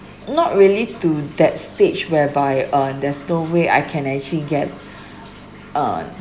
not really to that stage whereby uh there's no way I can actually get uh